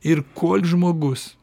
ir kol žmogus